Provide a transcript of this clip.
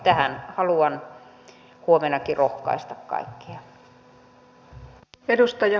tähän haluan huomennakin rohkaista kaikkia